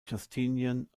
justinian